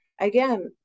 again